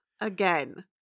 Again